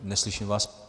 Neslyším vás.